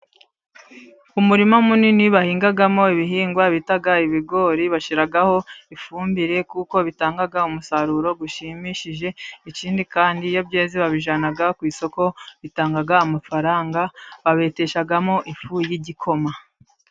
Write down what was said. Umurima munini bahingamo ibihingwa bita ibigori, bashyiraho ifumbire kuko bitanga umusaruro ushimishije, ikindi kandi iyo byeze babijyana ku isoko bitanga amafaranga, babeteshamo ifu y'igikoma.